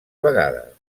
vegades